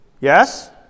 yes